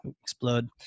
explode